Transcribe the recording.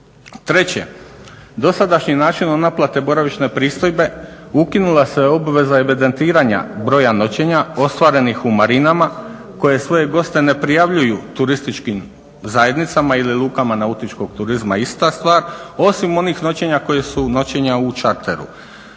Treće, dosadašnjim načinom naplate boravišne pristojbe ukinula se obveza evidentiranja broja noćenja ostvarenih u Marinama koji svoje goste ne prijavljuju turističkim zajednicama ili lukama nautičkog turizma ista stvar osim onih noćenja koji su noćenja u Čarteru